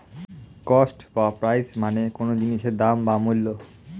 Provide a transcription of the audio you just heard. cost বা price মানে কোনো জিনিসের দাম বা মূল্য